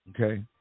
okay